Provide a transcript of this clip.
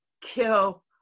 Kill